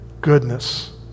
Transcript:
goodness